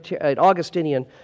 Augustinian